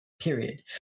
period